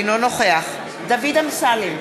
אינו נוכח דוד אמסלם,